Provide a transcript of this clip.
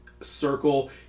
Circle